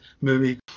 movie